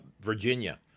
Virginia